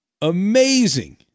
amazing